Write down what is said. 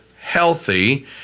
healthy